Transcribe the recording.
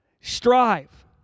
Strive